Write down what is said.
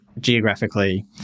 geographically